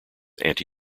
anti